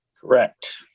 Correct